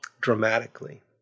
dramatically